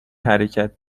حرکت